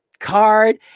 card